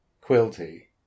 Quilty